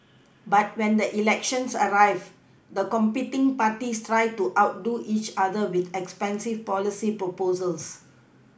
but when the elections arrived the competing parties tried to outdo each other with expensive policy proposals